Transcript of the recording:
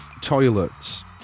Toilets